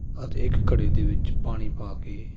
ਅਤੇ ਇੱਕ ਘੜੇ ਦੇ ਵਿੱਚ ਪਾਣੀ ਪਾ ਕੇ